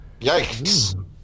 Yikes